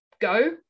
go